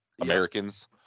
Americans